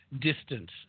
distance